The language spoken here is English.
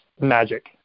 magic